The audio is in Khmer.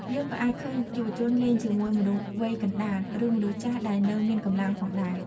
យើងក៏អាចឃើញយុវជនលេងជាមួយមនុស្សវ័យកណ្តាល ឬមនុស្សចាស់ដែលនៅមានកម្លាំងផងដែរ។